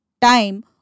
time